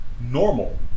Normal